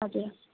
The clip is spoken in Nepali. हजुर